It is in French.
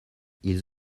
ils